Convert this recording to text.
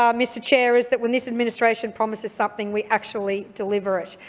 um mr chair, is that when this administration promises something, we actually deliver it.